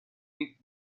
its